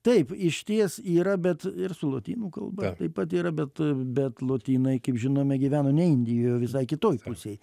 taip išties yra bet ir su lotynų kalba taip pat yra bet bet lotynai kaip žinome gyveno ne indijoj visai kitoj pusėj